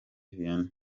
vianney